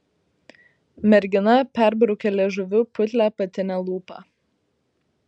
mergina perbraukė liežuviu putlią apatinę lūpą